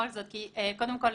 קודם כל,